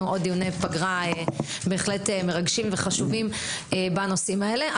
עוד דיוני פגרה בהחלט מרגשים וחשובים בנושאים האלה.